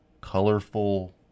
colorful